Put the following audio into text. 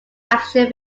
action